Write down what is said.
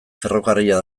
ferrokarrila